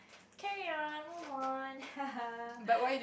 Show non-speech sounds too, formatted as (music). carry on move one (laughs)